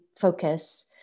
focus